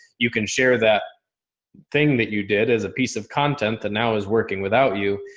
you can share that thing that you did as a piece of content and now is working without you.